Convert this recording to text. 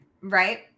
right